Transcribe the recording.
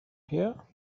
here